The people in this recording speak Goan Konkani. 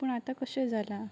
पूण आतां कशें जालां